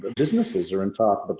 businesses are, in fact, but